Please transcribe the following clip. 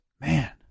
Man